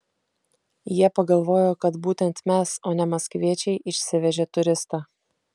jie pagalvojo kad būtent mes o ne maskviečiai išsivežė turistą